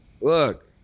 look